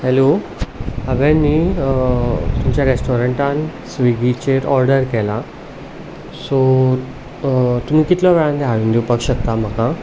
hello हांवें न्ही तुमच्या रेस्टोरंटान स्विगीचेर ऑर्डर केलां सो तुमी कितल्या वेळान हाडून दिवपाक शकता म्हाका